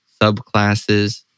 subclasses